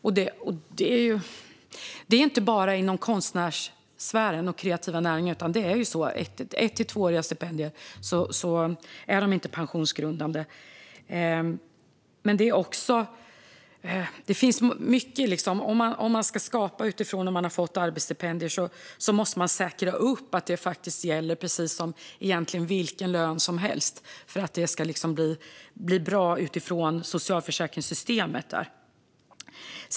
Och det gäller inte bara inom konstnärssfären och inom de kreativa näringarna, utan ett och tvååriga stipendier är inte pensionsgrundande. Om man ska skapa utifrån att man har fått arbetsstipendier måste det säkras upp att de faktiskt gäller precis som vilken lön som helst för att det ska bli bra utifrån socialförsäkringssystemet.